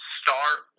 start